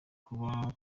haba